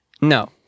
No